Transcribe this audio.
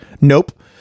nope